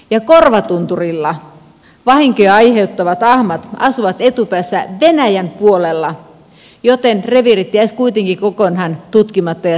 ja korvatunturilla vahinkoja aiheuttavat ahmat asuvat etupäässä venäjän puolella joten reviirit jäisivät kuitenkin kokonaan tutkimatta ja selvittämättä